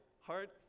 heart